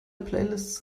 playlists